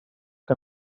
que